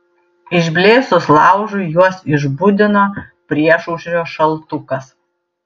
išblėsus laužui juos išbudino priešaušrio šaltukas